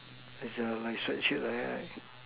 it's a like shirt shirt like that right